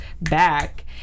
back